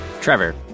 Trevor